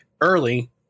early